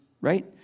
right